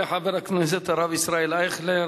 תודה לחבר הכנסת הרב ישראל אייכלר.